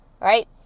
right